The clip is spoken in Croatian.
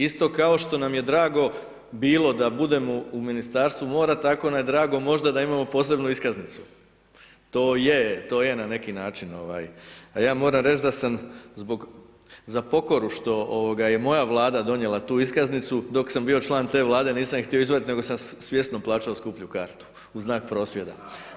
Isto kao što nam je drago bilo da budemo u Ministarstvu mora, tako nam je drago možda da imamo posebnu iskaznicu, to je na neki način, a ja moram reći da sam za pokoru što je moja Vlada donijela tu iskaznicu, dok sam bio član te Vlade, nisam je htio izvaditi nego sam svjesno plaćao skuplju kartu u znak prosvjeda.